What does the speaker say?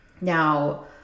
Now